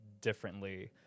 differently